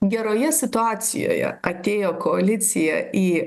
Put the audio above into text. geroje situacijoje atėjo koalicija į